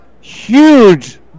huge